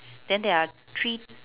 then there are three